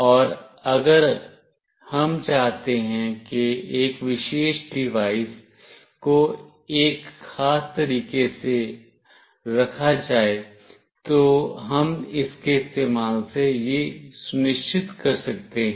और अगर हम चाहते हैं कि एक विशेष डिवाइस को एक खास तरीके से रखा जाए तो हम इसके इस्तेमाल से यह सुनिश्चित कर सकते हैं